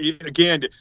again